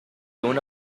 una